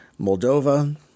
Moldova